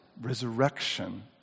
resurrection